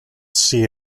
sea